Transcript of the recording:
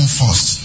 first